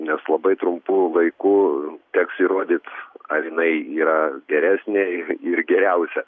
nes labai trumpu laiku teks įrodyt ar jinai yra geresnė ir geriausia